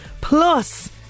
Plus